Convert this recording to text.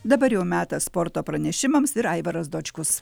dabar jau metas sporto pranešimams ir aivaras dočkus